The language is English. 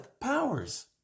powers